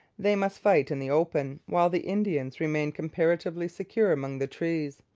they must fight in the open, while the indians remained comparatively secure among the trees.